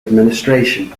administration